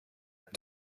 ett